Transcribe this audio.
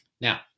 Now